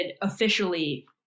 officially